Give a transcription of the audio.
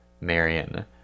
Marion